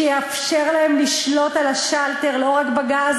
שיאפשר להם לשלוט על השלטר לא רק בגז